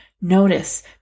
Notice